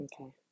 Okay